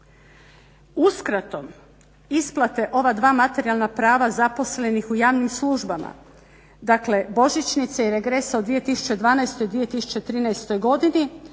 Uskratom isplate ova dva materijalna prava zaposlenih u javnim službama, dakle božićnice i regresa u 2012. i 2013. godini